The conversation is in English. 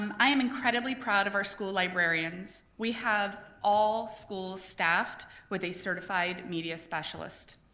um i am incredibly proud of our school librarians, we have all schools staffed with a certified media specialist.